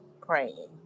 praying